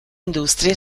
industrie